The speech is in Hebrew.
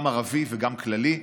גם ערבי וגם כללי.